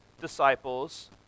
disciples